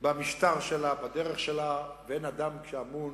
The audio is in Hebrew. במשטר שלה, בדרך שלה, ואין אדם שאמון